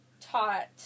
taught